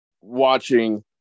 watching